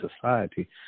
society